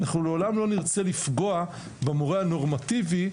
לעולם לא נרצה לפגוע במורה הנורמטיבי,